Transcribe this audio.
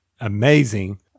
amazing